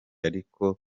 ariko